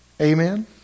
Amen